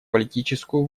политическую